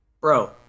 Bro